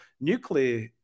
nuclear